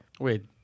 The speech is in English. Wait